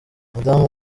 adam